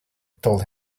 told